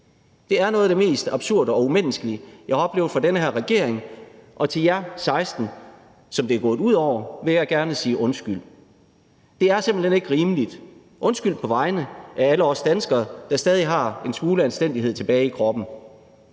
Det er noget af det mest absurde og umenneskelige, jeg har oplevet fra den her regering, og til jer 16, som det er gået ud over, vil jeg gerne sige undskyld; det er simpelt hen ikke rimeligt. Undskyld, på vegne af alle os danskere, der stadig har en smule anstændighed tilbage i kroppen.